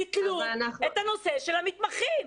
ביטלו את הנושא של המתמחים.